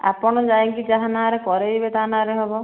ଆପଣ ଯାଇକି ଯାହା ନାଁ'ରେ କରେଇବେ ତା ନାଁ'ରେ ହେବ